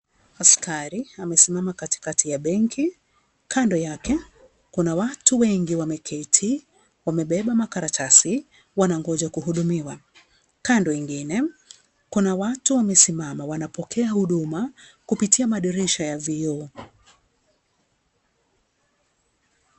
Askari amesimama katikati ya benki kando yake kuna watu wengi wameketi wamebeba makaratasi wanangoja kuhudumiwa. Kando nyingine kuna watu wamesimama wanapokea huduma kupitia madirisha ya vioo.